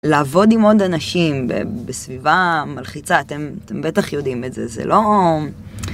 לעבוד עם עוד אנשים בסביבה מלחיצה, אתם בטח יודעים את זה, זה לא...